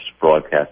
broadcast